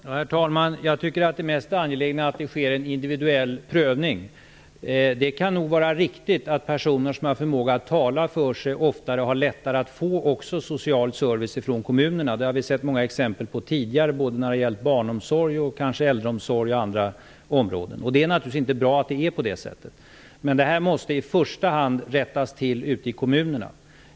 Herr talman! Jag tycker att det mest angelägna är att det sker en individuell prövning. Det kan nog vara riktigt att personer som har förmåga att tala för sig ofta har lättare att få social service från kommunerna. Det har vi sett många exempel på tidigare när det har gällt barnomsorg, äldreomsorg och andra områden. Det är naturligtvis inte bra att det är på det sättet. Det måste i första hand rättas till ute i kommunerna.